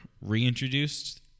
reintroduced